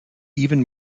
even